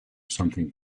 something